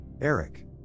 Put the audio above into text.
eric